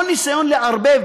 כל ניסיון לערבב,